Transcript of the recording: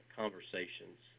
conversations